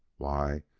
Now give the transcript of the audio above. why,